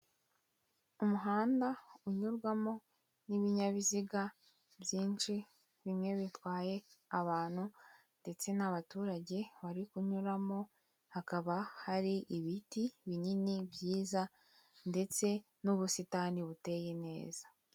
Umuhanda unyurwamo n'ibinyabiziga byinshi, bimwe bitwaye abantu, ndetse n'abaturage bari kunyuramo, hakaba hari ibiti binini byiza, ndetse n'ubusitani buteye neza.